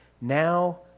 Now